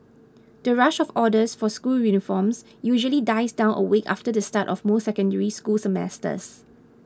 the rush of orders for school uniforms usually dies down a week after the start of most Secondary School semesters